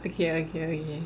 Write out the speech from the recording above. okay okay okay